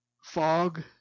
fog